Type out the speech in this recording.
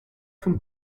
vom